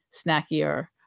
snackier